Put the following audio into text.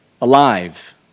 alive